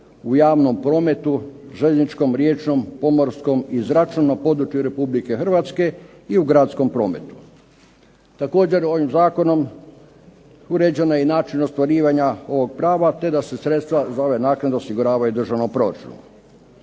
u javnom prometu, željezničkom, riječnom, pomorskom i zračnom na području Republike Hrvatske i u gradskom prometu. Također, ovim zakonom uređen je i način ostvarivanja ovog prava te da se sredstva za ove naknade osiguravaju u državnom proračunu.